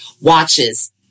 watches